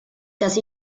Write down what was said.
dass